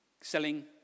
selling